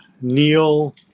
Neil